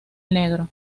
negro